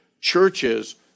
churches